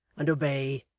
and obey!